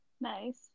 Nice